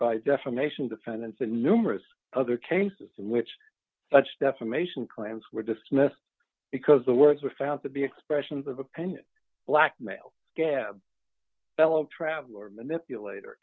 by defamation defendants in numerous other cases in which such defamation claims were dismissed because the words were found to be expressions of opinion blackmail gab fellow traveler manipulator